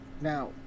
Now